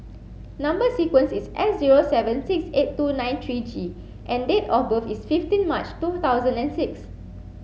number sequence is S zero seven six eight two nine three G and date of birth is fifteen March two thousand and six